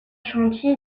chantiers